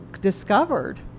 discovered